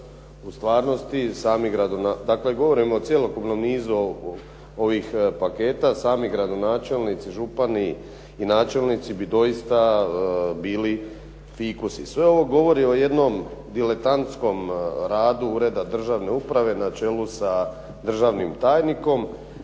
u stvarnosti sami, dakle govorimo o cjelokupnom nizu ovih paketa, sami gradonačelnici, župani i načelnici bi dosta bili fikusi. Sve ovo govori o jednom diletantskom radu ureda državne uprave na čelu sa državnim tajnikom,